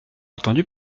entendu